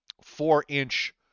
four-inch